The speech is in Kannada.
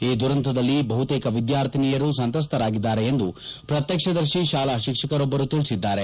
ಈ ದುರಂತದಲ್ಲಿ ಬಹುತೇಕ ವಿದ್ಲಾರ್ಥಿನಿಯರು ಸಂತ್ರಸ್ತರಾಗಿದ್ದಾರೆ ಎಂದು ಪ್ರತ್ಯಕ್ಷದರ್ಶಿ ಶಾಲಾ ಶಿಕ್ಷಕರೊಬ್ಲರು ತಿಳಿಸಿದ್ದಾರೆ